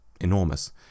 enormous